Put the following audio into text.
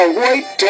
white